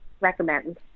recommend